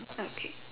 okay